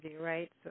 right